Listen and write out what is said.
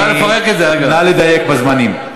נא לדייק בזמנים.